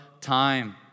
time